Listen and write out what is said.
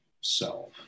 self